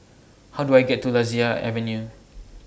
How Do I get to Lasia Avenue